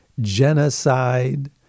genocide